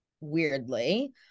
weirdly